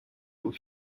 aux